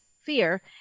fear